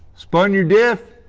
spun your diff?